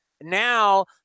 Now